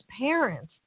parents